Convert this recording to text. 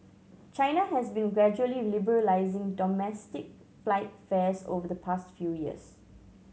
China has been gradually liberalising domestic flight fares over the past few years